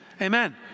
Amen